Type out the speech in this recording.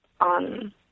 on